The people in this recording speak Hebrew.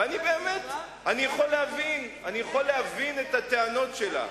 ואני, באמת, אני יכול להבין את הטענות שלה,